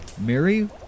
Mary